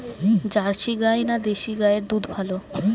Jersey গাই না দেশী গাইয়ের দুধ ভালো?